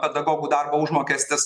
pedagogų darbo užmokestis